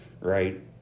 Right